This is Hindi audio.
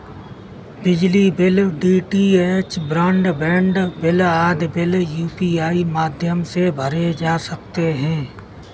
बिजली bill, DTH broadband bill आदि बिल यू.पी.आई माध्यम से भरे जा सकते हैं